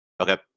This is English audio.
Okay